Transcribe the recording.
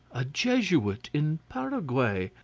a jesuit in paraguay!